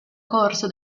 corso